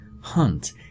hunt